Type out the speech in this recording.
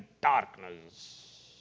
darkness